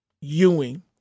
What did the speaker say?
Ewing